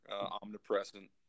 omnipresent